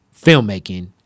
filmmaking